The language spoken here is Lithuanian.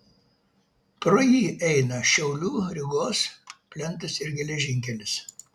pro jį eina šiaulių rygos plentas ir geležinkelis